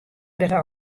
dêr